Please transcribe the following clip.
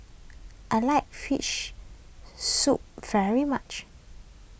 I like fish soup very much